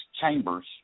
chambers